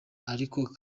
ariko